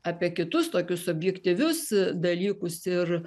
apie kitus tokius objektyvius dalykus ir